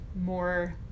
more